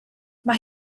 mae